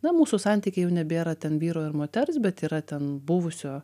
na mūsų santykiai jau nebėra ten vyro ir moters bet yra ten buvusio